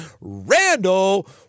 Randall